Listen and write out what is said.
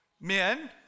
Men